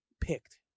picked